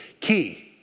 Key